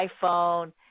iPhone